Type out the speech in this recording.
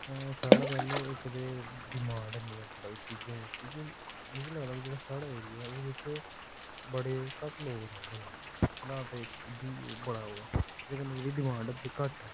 सारे कोला पैहले ते इक ते डिमांड हैनी ऐ चीजें दी क्योंकि मिगी लगदा कि जेह्ड़ा साढ़ा एरिया ऐ उदे बिच्च बड़े घट्ट लोग रौहंदे नै हैना ते इक इब्भी बड़ा ओह् ऐ इदे कन्नै जेह्ड़ी डिमांड ऐ ओह् बड़ी घट्ट ऐ